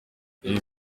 yahise